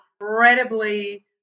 incredibly